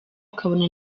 ukabona